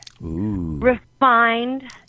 refined